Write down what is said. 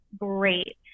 great